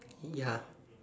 ya